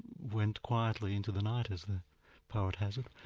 went quietly into the night, as the poet has it,